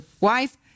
wife